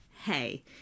Hey